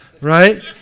right